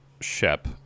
Shep